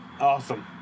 Awesome